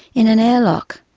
in an airlock,